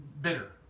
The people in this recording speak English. bitter